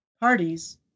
parties